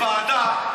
אתם תמכתם בוועדה,